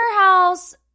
House